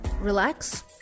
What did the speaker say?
relax